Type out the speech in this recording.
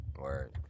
Word